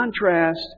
contrast